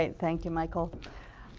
and thank you, michael.